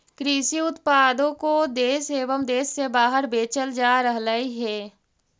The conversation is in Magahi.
कृषि उत्पादों को देश एवं देश से बाहर बेचल जा रहलइ हे